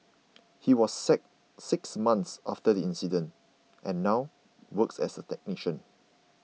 he was sacked six months after the incident and now works as a technician